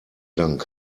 dank